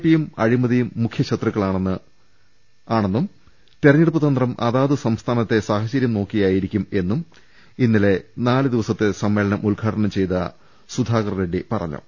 പിയും അഴിമ തിയും മുഖ്യ ശത്രുക്കളാണെന്നും തിരഞ്ഞെടുപ്പ് തന്ത്രം അതാതു സംസ്ഥാന സാഹചര്യം നോക്കിയായിരിക്കുമെന്നും ഇന്നലെ നാല് ദിവ സത്തെ സമ്മേളനം ഉദ്ഘാടനം ചെയ്ത സുധാകർ റെഡ്ഡി പറഞ്ഞു